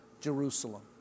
Jerusalem